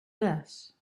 this